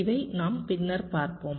இவை நாம் பின்னர் பார்ப்போம்